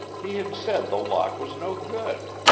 he had said the lock was no good.